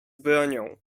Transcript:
bronią